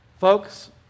Folks